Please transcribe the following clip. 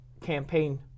campaign